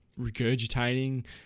regurgitating